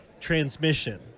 transmission